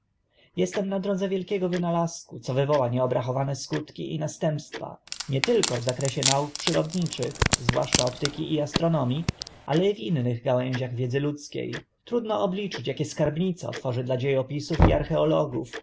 jestem na drodze wielkiego wynalazku co wywoła nieobrachowane skutki i następstwa nie tylko w zakresie nauk przyrodzonych zwłaszcza optyki i astronomii ale i w innych gałęziach wiedzy ludzkie trudno obliczyć akie skarbnice otworzy dla dzie opisów i archeologów